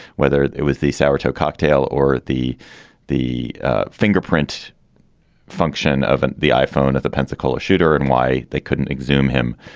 whether it was the sour toe cocktail or the the fingerprint function of and the iphone at the pensacola shooter and why they couldn't exuma him.